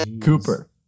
Cooper